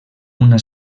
una